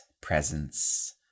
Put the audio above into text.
presence